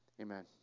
Amen